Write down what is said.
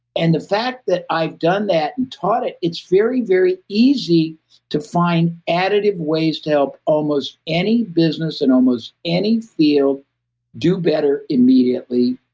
and the fact that i've done that and taught it, it's very, very easy to find additive ways to help almost any business in almost any field do better immediately.